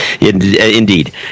Indeed